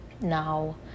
Now